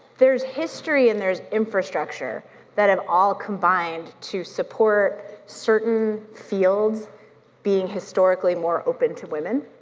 there's history and there's infrastructure that have all combined to support certain fields being historically more open to women,